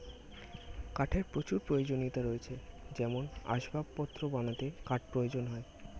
কাঠের প্রচুর প্রয়োজনীয়তা রয়েছে যেমন আসবাবপত্র বানাতে কাঠ প্রয়োজন হয়